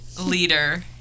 leader